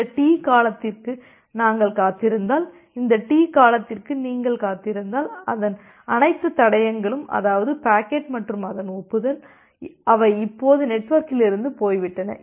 இந்த டி காலத்திற்கு நாங்கள் காத்திருந்தால் இந்த டி காலத்திற்கு நீங்கள் காத்திருந்தால் அதன் அனைத்து தடயங்களும் அதாவது பாக்கெட் மற்றும் அதன் ஒப்புதல் அவை இப்போது நெட்வொர்க்கிலிருந்து போய்விட்டன